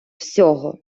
всього